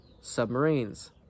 submarines